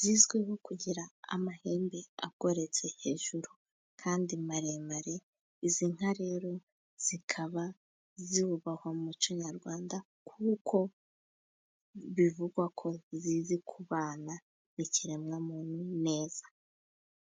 zizwiho kugira amahembe agoretse hejuru kandi maremare, izi nka rero zikaba zubahwa mu muco nyarwanda, kuko bivugwa ko zizi kubana n'ikiremwa muntu neza.